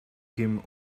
him